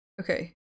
Okay